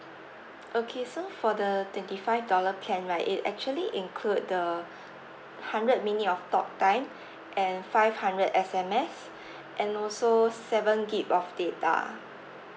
okay so for the twenty five dollar plan right it actually include the hundred minute of talk time and five hundred S_M_S and also seven gig of data